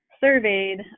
surveyed